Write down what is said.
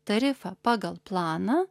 tarifą pagal planą